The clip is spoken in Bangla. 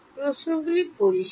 প্রশ্নগুলি পরিষ্কার